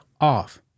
off